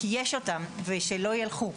כי יש אותם ושלא ילכו.